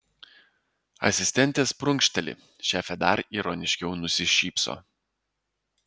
asistentės prunkšteli šefė dar ironiškiau nusišypso